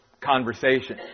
conversation